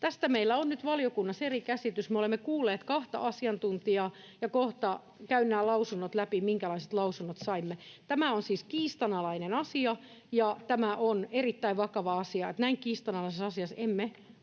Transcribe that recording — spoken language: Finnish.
Tästä meillä on nyt valiokunnassa eri käsitys. Me olemme kuulleet kahta asiantuntijaa, ja kohta käyn nämä lausunnot läpi, minkälaiset lausunnot saimme. Tämä on siis kiistanalainen asia, ja tämä on erittäin vakava asia, että näin kiistanalaisessa asiassa emme voi